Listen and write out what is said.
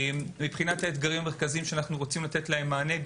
מבחינת האתגרים המרכזיים שאנחנו רוצים לתת להם מענה,